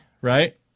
right